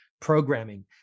programming